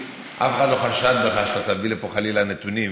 אף אחד לא חשד בך שאתה תביא לפה, חלילה, נתונים